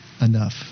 enough